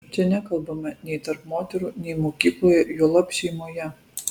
čia nekalbama nei tarp moterų nei mokykloje juolab šeimoje